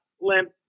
Limp